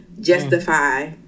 justify